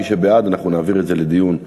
מי שבעד, אנחנו נעביר את זה לדיון במליאה.